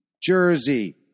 Jersey